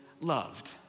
loved